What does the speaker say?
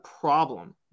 problem